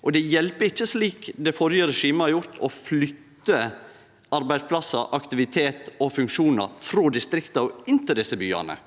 Det hjelper ikkje, slik det førre regimet har gjort, å flytte arbeidsplassar, aktivitet og funksjonar frå distrikta og inn til desse byane.